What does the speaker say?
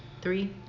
Three